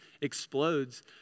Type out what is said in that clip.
explodes